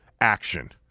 action